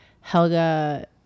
Helga